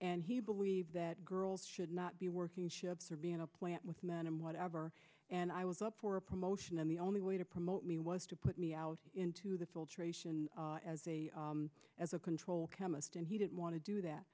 and he believed that girls should not be working ships or be in a plant with men and whatever and i was up for a promotion and the only way to promote me was to put me out into the filtration as a as a control chemist and he didn't want to do that